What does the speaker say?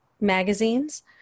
magazines